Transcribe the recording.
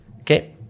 Okay